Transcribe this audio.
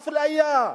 אפליה,